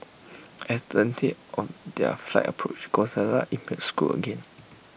as the of their flight approach Gonzalez email scoot again